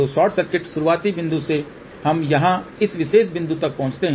तो short circuit शुरुआती बिंदु से हम यहां इस विशेष बिंदु तक पहुंचते हैं